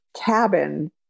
cabin